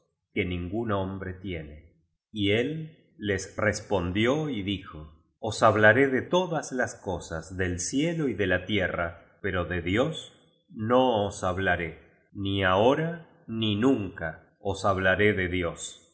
que ningún hombre tiene y él les respondió y dijo os hablaré de todas as cosas del cielo y de la tierra pero de dios no os hablaré ni ahora ni nunca os hablaré de dios